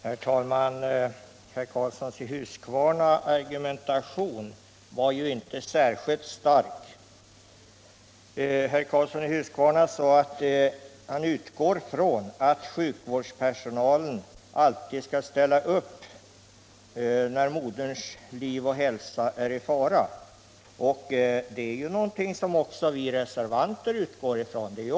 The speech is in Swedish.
Herr talman! Herr Karlssons i Huskvarna argumentation var ju inte särskilt stark. Han sade att han utgår från att sjukvårdspersonalen alltid skall ställa upp när moderns liv och hälsa är i fara. Det utgår också vi reservanter ifrån.